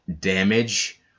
damage